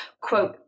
quote